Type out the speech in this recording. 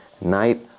night